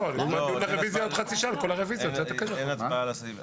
לא, דיון על רביזיות חצי שעה על כל הרביזיות.